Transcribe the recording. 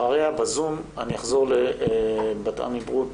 אחריה בזום אני אחזור לבת-עמי ברוט